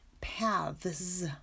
Paths